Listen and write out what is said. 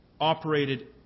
operated